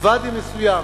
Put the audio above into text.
ואדי מסוים.